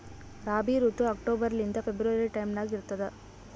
ರಾಬಿ ಋತು ಅಕ್ಟೋಬರ್ ಲಿಂದ February time ನಾಗ ಇರ್ತದ